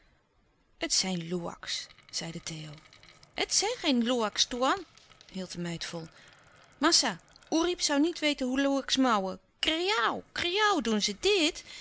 zeide theo het zijn geen loeaks toean hield de meid vol massa oerip zoû niet weten hoe loeaks miauwen kriauw kriauw doen ze